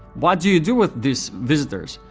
what do you do with these visitors,